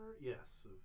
yes